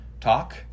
talk